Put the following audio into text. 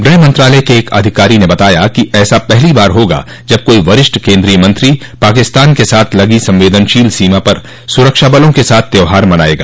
गृह मंत्रालय के एक अधिकारी ने बताया कि ऐसा पहली बार होगा जब कोई वरिष्ठ केन्द्रीय मंत्री पाकिस्तान के साथ लगी संवेदनशील सीमा पर सुरक्षा बलों के साथ त्यौहार मनाएगा